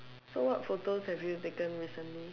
so what photos have you taken recently